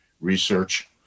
research